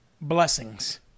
blessings